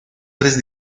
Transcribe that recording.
tres